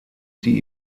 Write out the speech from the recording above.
sie